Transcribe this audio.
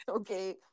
okay